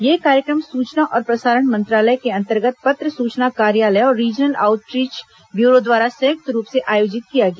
यह कार्यक्रम सूचना और प्रसारण मंत्रालय के अंतर्गत पत्र सूचना कार्यालय और रीजनल आउटरीच ब्यूरो द्वारा संयुक्त रूप से आयोजित किया गया